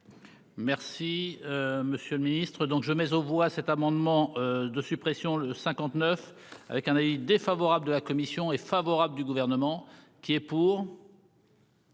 Merci. Monsieur le Ministre donc je mais aux voit cet amendement de suppression 59 avec un avis défavorable de la commission est favorable du gouvernement. Qui est pour.